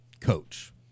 coach